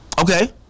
Okay